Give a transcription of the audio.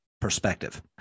perspective